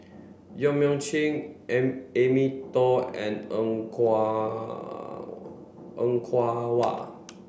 Yong Mun Chee Amy and Er Kwong Er Kwong Wah